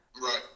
Right